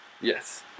Yes